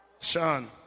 Sean